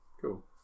Cool